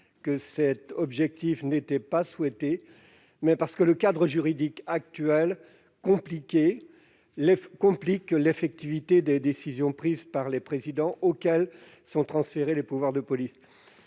que leur objectif n'était pas souhaitable, mais parce que le cadre juridique compliquait l'effectivité des décisions prises par les présidents auxquels étaient transférés des pouvoirs de police.